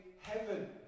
heaven